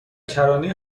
کرانه